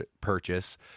purchase